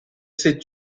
s’est